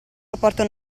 rapporto